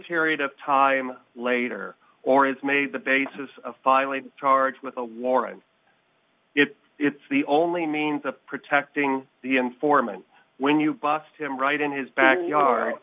period of time later or is made the basis of filing charges with the lauren it's the only means of protecting the informant when you bust him right in his backyard